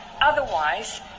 Otherwise